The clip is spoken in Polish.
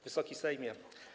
Wysoki Sejmie!